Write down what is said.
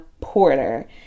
Porter